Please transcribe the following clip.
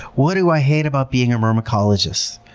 what do i hate about being a myrmecologist?